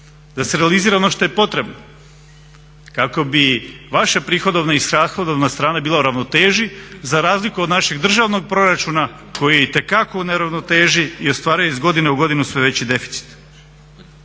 da se realizira ono što je potrebno kako bi vaša prihodovna i rashodovna strana bila u ravnoteži za razliku od našeg državnog proračuna koji je itekako u neravnoteži i ostvaruje iz godine u godinu sve veći deficit.